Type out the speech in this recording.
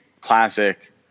classic